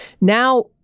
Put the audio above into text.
now